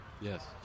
Yes